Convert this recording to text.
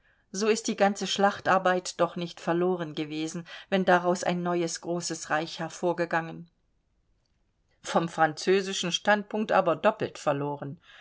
so ist die ganze schlachtarbeit doch nicht verloren gewesen wenn daraus ein neues großes reich hervorgegangen vom französischen standpunkt aber doppelt verloren